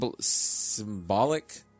Symbolic